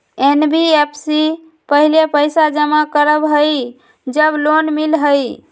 NBFC पहले पईसा जमा करवहई जब लोन मिलहई?